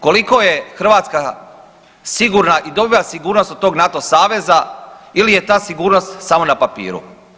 Koliko je Hrvatska sigurna i dobiva sigurnost od tog NATO saveza ili je ta sigurnost samo na papiru?